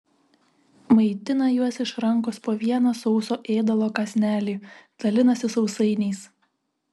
maitina juos iš rankos po vieną sauso ėdalo kąsnelį dalinasi sausainiais